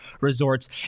Resorts